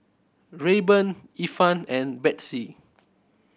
Rayban Ifan and Betsy